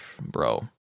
bro